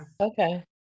okay